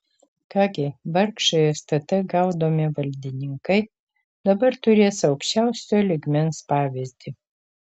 ką gi vargšai stt gaudomi valdininkai dabar turės aukščiausio lygmens pavyzdį